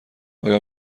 آیا